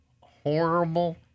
horrible